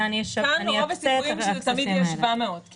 כאן רוב הסיכוי שזה תמיד יהיה 700 מיליון שקל כי